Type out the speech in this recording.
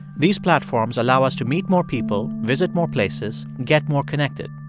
these platforms allow us to meet more people, visit more places, get more connected.